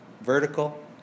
vertical